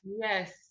yes